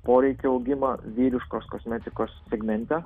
poreikio augimą vyriškos kosmetikos segmente